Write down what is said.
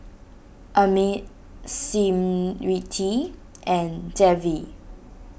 Amit Smriti and Devi